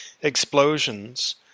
explosions